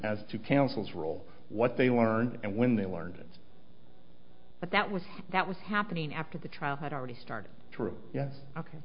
as to counsel's role what they learned and when they learned it but that was that was happening after the trial had already started true yes ok